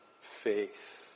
faith